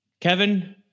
Kevin